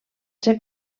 ser